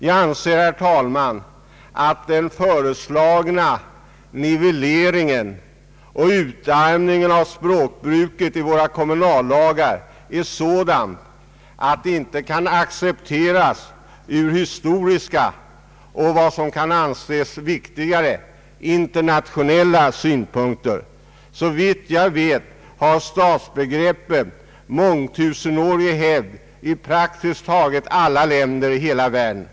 Jag anser, herr talman, att den föreslagna nivelleringen och utarmningen av språkbruket i våra kommunallagar är sådan att den inte kan accepteras ur historiska och — vilket kan anses viktigare — internationella synpunkter. Såvitt jag vet har stadsbegreppet mångtusenårig hävd i praktiskt taget alla länder i hela världen.